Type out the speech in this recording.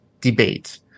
debate